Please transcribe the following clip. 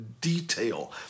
Detail